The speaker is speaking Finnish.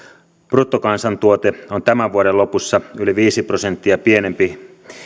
bruttokansantuote on tämän vuoden lopussa yli viisi prosenttia pienempi